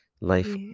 Life